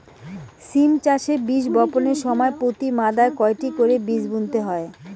সিম চাষে বীজ বপনের সময় প্রতি মাদায় কয়টি করে বীজ বুনতে হয়?